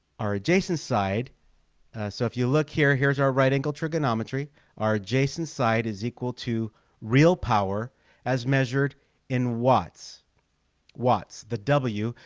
our adjacent side so if you look here, here's our right angle trigonometry our adjacent side is equal to real power as measured in watts watts the w.